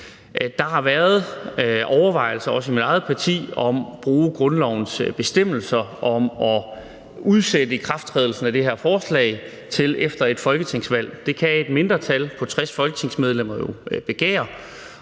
i mit eget parti, om at bruge grundlovens bestemmelser om at udsætte ikrafttrædelsen af det her forslag til efter et folketingsvalg. Det kan et mindretal på 60 folketingsmedlemmer jo begære,